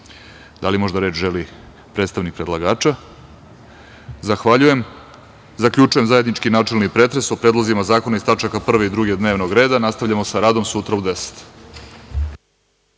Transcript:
li možda reč želi predstavnik predlagača? (Ne)Zaključujem zajednički načelni pretres o predlozima zakona iz tač. 1. i 2. dnevnog reda. Nastavljamo sa radom sutra u 10.00